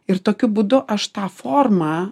ir tokiu būdu aš tą formą